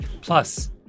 Plus